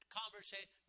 conversation